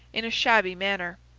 in a shabby manner.